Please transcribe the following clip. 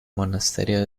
monasterio